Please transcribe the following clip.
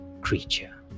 creature